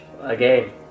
Again